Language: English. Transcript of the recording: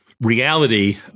Reality